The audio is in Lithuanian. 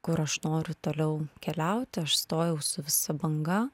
kur aš noriu toliau keliauti aš stojau su visa banga